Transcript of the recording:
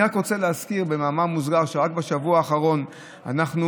אני רוצה להזכיר במאמר מוסגר שרק בשבוע האחרון אנחנו